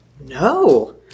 no